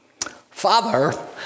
Father